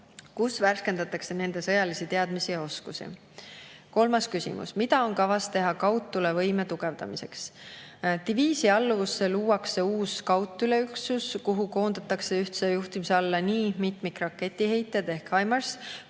kus värskendatakse nende sõjalisi teadmisi ja oskusi. Kolmas küsimus: "Mida on kavas teha kaudtulevõime tugevdamiseks?" Diviisi alluvusse luuakse uus kaudtuleüksus, kuhu koondatakse ühtse juhtimise alla nii mitmikraketiheitjad HIMARS